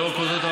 לאור כל זאת,